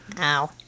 Ow